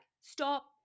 stop